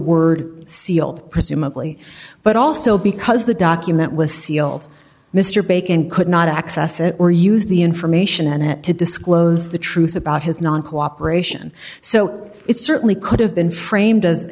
word sealed presumably but also because the document was sealed mr bacon could not access it or use the information in it to disclose the truth about his non cooperation so it certainly could have been framed a